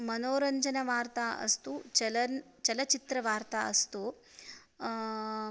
मनोरञ्जनवार्ता अस्तु चलन् चलचित्रवार्ता अस्तु